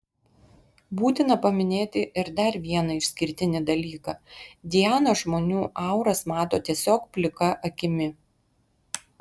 būtina paminėti ir dar vieną išskirtinį dalyką diana žmonių auras mato tiesiog plika akimi